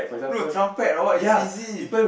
no trumpet or what it's easy